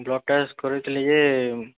blood test କରିଥିଲି ଯେ